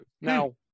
Now